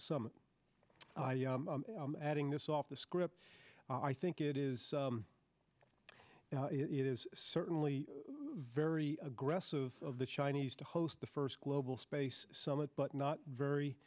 some adding this off the script i think it is it is certainly very aggressive of the chinese to host the first global space summit but not very